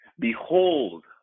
Behold